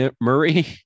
Murray